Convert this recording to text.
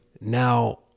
Now